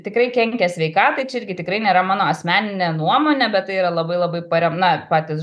tikrai kenkia sveikatai čia irgi tikrai nėra mano asmeninė nuomonė bet tai yra labai labai parem na patys